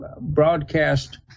broadcast